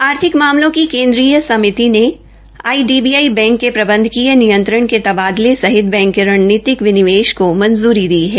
आर्थिक मामलों के केन्द्रीय समिति ने आईडीबीआई बैंक के प्रबंधकीय नियंत्रण के तबादले सहित बैंक सहित बैंक के रणनीतिक विनिवेश को मंजूरी दे दी है